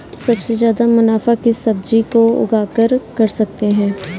सबसे ज्यादा मुनाफा किस सब्जी को उगाकर कर सकते हैं?